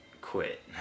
quit